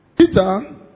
Peter